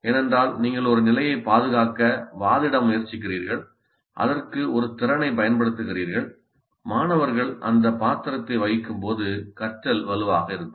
ஏனென்றால் நீங்கள் ஒரு நிலையை பாதுகாக்க வாதிட முயற்சிக்கிறீர்கள் அதற்கு ஒரு திறனைப் பயன்படுத்துகிறீர்கள் மாணவர்கள் அந்த பாத்திரத்தை வகிக்கும்போது கற்றல் வலுவாக இருக்கும்